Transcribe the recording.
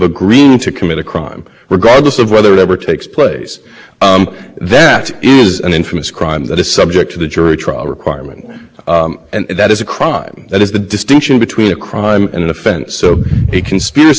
low side conspiracies to commit things that are misdemeanors essentially this is something quite different this is a conspiracy to commit something on the high side none of those misdemeanors could be tried in military tribunals under any possible theory but the